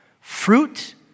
fruit